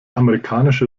amerikanische